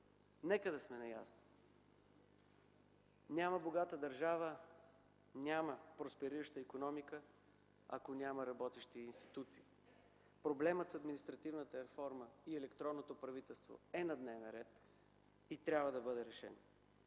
Нека да сме наясно – няма богата държава, няма просперираща икономика, ако няма работещи институции. Проблемът с административната реформа и електронното правителство е на дневен ред и трябва да бъде решен.